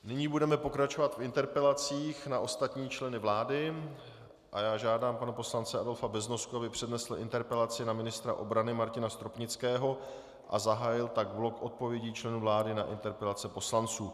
Nyní budeme pokračovat v interpelacích na ostatní členy vlády a já žádám pana poslance Adolfa Beznosku, aby přednesl interpelaci na ministra obrany Martina Stropnického a zahájil tak blok odpovědí členů vlády na interpelace poslanců.